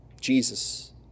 Jesus